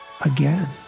again